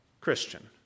Christian